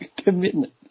commitment